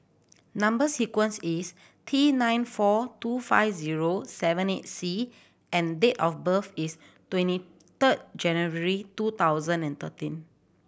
number sequence is T nine four two five zero seven eight C and date of birth is twenty third January two thousand and thirteen